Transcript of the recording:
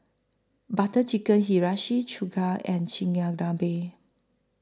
Butter Chicken Hiyashi Chuka and Chigenabe